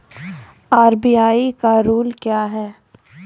RBI का rule क्या हैं?